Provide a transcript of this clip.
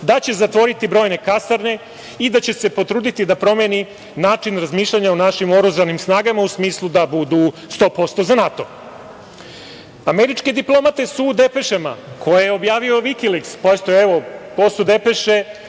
da će zatvoriti brojne kasarne i da će se potruditi da promeni način razmišljanja o našim oružanim snagama u smislu da budu 100% za NATO.Američke diplomate su u depešama, koji objavio „Vikoliks“, pazite, evo, to su depeše,